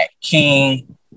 king